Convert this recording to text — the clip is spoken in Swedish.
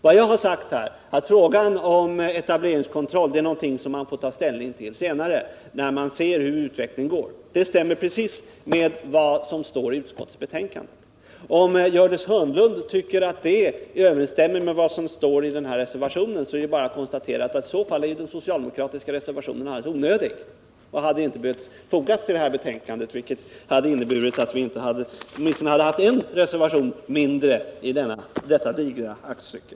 Vad jag har sagt är att frågan om etableringskontroll är någonting som man får ta ställning till senare, när man ser hur utvecklingen går. Det stämmer precis med vad som står i utskottsbetänkandet. Om Gördis Hörnlund anser att det överensstämmer med vad som står i den socialdemokratiska reservationen är det väl bara att konstatera att reservationen är helt onödig och inte hade behövt fogas till betänkandet. Det hade ju inneburit att vi haft en reservation mindre i detta digra aktstycke.